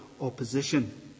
opposition